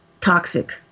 toxic